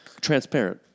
Transparent